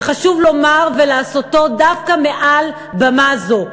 שחשוב לומר אותו ולעשות אותו דווקא מעל במה זו.